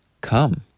come